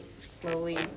slowly